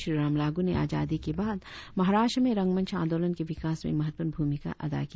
श्रीराम लागू ने आजादी के बाद महाराष्ट्र में रंगमंच आंदोलन के विकास में महत्वपूर्ण भूमिका अदा की